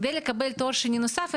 כדי לקבל תואר שני נוסף,